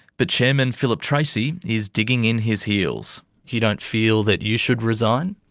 but chairman philip tracey is digging in his heels. you don't feel that you should resign?